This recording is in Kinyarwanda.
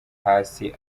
hasi